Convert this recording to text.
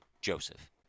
Joseph